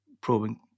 probing